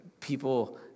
People